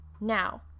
Now